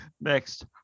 next